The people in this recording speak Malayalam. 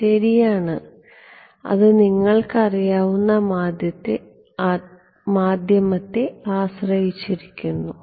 ശരിയാണ് അത് നിങ്ങൾക്കറിയാവുന്ന മാധ്യമത്തെ ആശ്രയിച്ചിരിക്കുന്നു